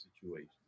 situation